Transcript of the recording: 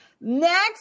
Next